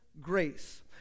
grace